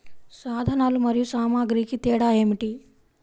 సాధనాలు మరియు సామాగ్రికి తేడా ఏమిటి?